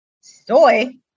Soy